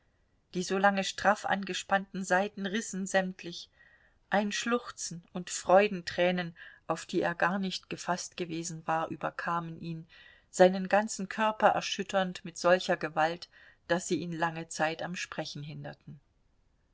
die so lange straff angespannten saiten rissen sämtlich ein schluchzen und freudentränen auf die er gar nicht gefaßt gewesen war überkamen ihn seinen ganzen körper erschütternd mit solcher gewalt daß sie ihn lange zeit am sprechen hinderten